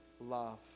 love